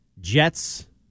Jets